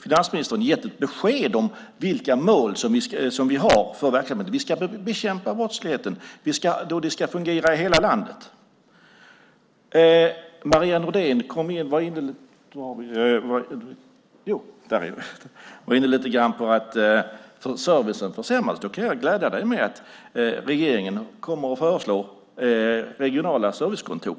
Finansministern har gett besked om vilka mål som finns för verksamheten. Vi ska bekämpa brottsligheten, och det ska fungera i hela landet. Marie Nordén var inne på att servicen försämras. Då kan jag glädja dig med att regeringen kommer att föreslå regionala servicekontor.